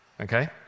Okay